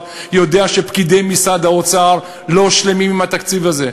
יודע שפקידי משרד האוצר לא שלמים עם התקציב הזה.